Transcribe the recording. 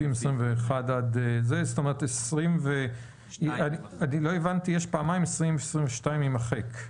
יש כאן פעמיים 20 ו-22 יימחק.